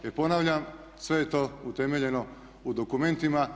Jer ponavljam sve je to utemeljeno u dokumentima.